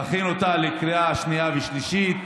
להכין אותה לקריאה שנייה ושלישית.